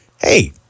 hey